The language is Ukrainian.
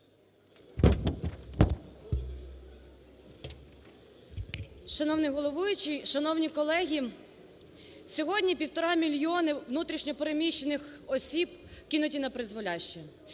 шановні колеги! Сьогодні півтора мільйони внутрішньо переміщених осіб кинуті напризволяще.